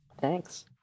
Thanks